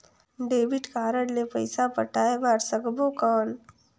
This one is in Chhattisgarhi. डेबिट कारड ले पइसा पटाय बार सकबो कौन?